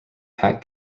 pat